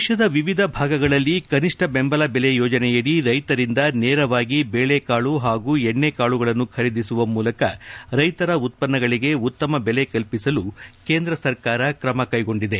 ದೇಶದ ವಿವಿಧ ಭಾಗಗಳಲ್ಲಿ ಕನಿಷ್ಠ ಬೆಂಬಲ ಬೆಲೆ ಯೋಜನೆಯಡಿ ರೈತರಿಂದ ನೇರವಾಗಿ ಬೆಳೆಕಾಳು ಹಾಗೂ ಎಣ್ಣೆಕಾಳುಗಳನ್ನು ಖರೀದಿಸುವ ಮೂಲಕ ರೈತರ ಉತ್ಪನ್ನಗಳಿಗೆ ಉತ್ತಮ ಬೆಲೆ ಕಲ್ಪಿಸಲು ಕೇಂದ್ರ ಸರ್ಕಾರ ತ್ರಮ ಕ್ಲೆಗೊಂಡಿದೆ